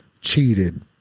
cheated